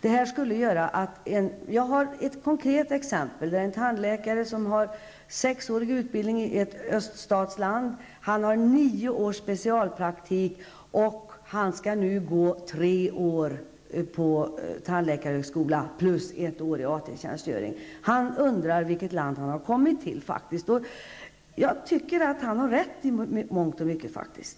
Jag har ett konkret exempel: En tandläkare med sexårig utbildning i ett Öststatsland och nio års specialpraktik skall nu gå tre år på tandläkarhögskola samt delta ett år i AT tjänstgöring. Denne tandläkare undrar vilket land han har kommit till. Jag tycker att han har rätt att undra, faktiskt.